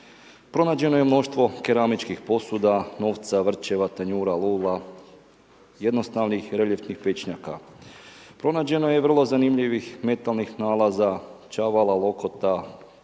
Pronađeno je mnoštvo keramičkih posuda, novca, vrčeva, tanjura, lula, jednostavnih reljefnih .../Govornik se ne razumije./... Pronađeno je vrlo zanimljivih metalnih nalaza, čavala, lokota,